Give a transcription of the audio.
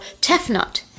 Tefnut